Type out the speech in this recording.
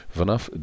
vanaf